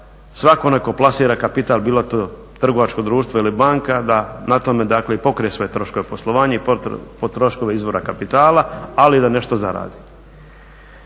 svako neko plasira kapital bilo to trgovačko društvo ili banka da na tome da pokrije svoje troškove poslovanja i troškove izvora kapitala ali da nešto i zarade.